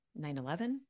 9-11